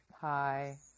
Hi